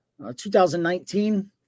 2019